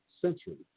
Centuries